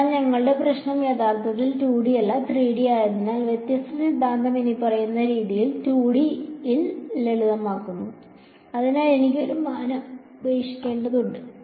അതിനാൽ ഞങ്ങളുടെ പ്രശ്നം യഥാർത്ഥത്തിൽ 2D അല്ല 3D ആയതിനാൽ വ്യത്യസ്ത സിദ്ധാന്തം ഇനിപ്പറയുന്ന രീതിയിൽ 2D ൽ ലളിതമാക്കുന്നു അതിനാൽ എനിക്ക് ഒരു മാനം ഉപേക്ഷിക്കേണ്ടതുണ്ട്